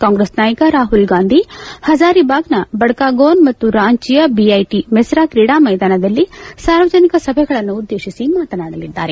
ಕಾಂಗ್ರೆಸ್ ನಾಯಕ ರಾಹುಲ್ ಗಾಂಧಿ ಪಜಾರಿಬಾಗ್ ಬಡ್ನಾಗೋನ್ ಮತ್ತು ರಾಂಚಿಯ ಬಿಐಟಿ ಮೆಸ್ರಾ ಕ್ರೀಡಾ ಮ್ಸೆದಾನದಲ್ಲಿ ಸಾರ್ವಜನಿಕ ಸಭೆಗಳನ್ನುದ್ದೇಶಿ ಮಾತನಾಡಲಿದ್ದಾರೆ